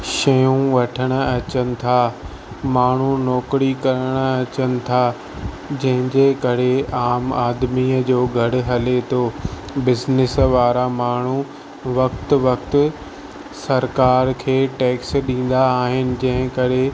शयूं वठणु अचनि था माण्हू नौकिरी करणु अचनि था जंहिं जे करे आम आदमी जो घरु हले थो बिस्निस द्वारां माण्हू वक़्तु वक़्तु सरकार खे टैक्स ॾींदा आहिनि जंहिं करे